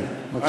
כן, בבקשה.